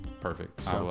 perfect